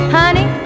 honey